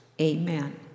Amen